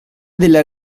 della